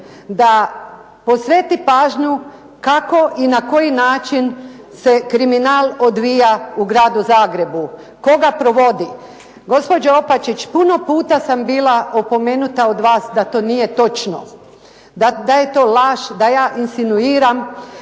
da posveti pažnju kako i na koji način se kriminal odvija u Gradu Zagrebu, tko ga provodi. Gospođo Opačić, puno puta sam bila opomenuta od vas da to nije točno, da je to laž, da ja insinuiram,